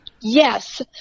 Yes